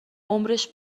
عمرش